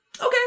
okay